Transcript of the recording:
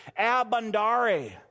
abundare